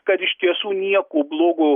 kad iš tiesų nieko blogo